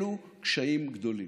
אלו קשיים גדולים.